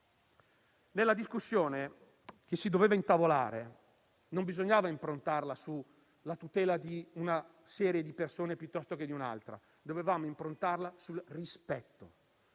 La discussione che si doveva intavolare non andava improntata sulla tutela di una serie di persone o di un'altra, ma dovevamo improntarla sul rispetto.